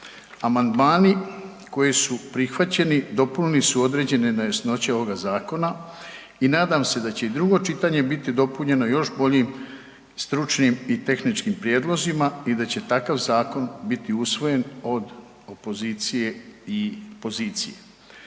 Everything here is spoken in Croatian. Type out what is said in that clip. Amandmani koji su prihvaćeni, dopunili su određene nejasnoće ovoga zakona i nadam se da će i drugo čitanje biti dopunjeno još boljim, stručnim i tehničkim prijedlozima i da će takav zakon biti usvojen od opozicije i pozicije.